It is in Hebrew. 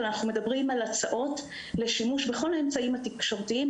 אבל אנחנו מדברים על הצעות לשימוש בכל האמצעים התקשורתיים,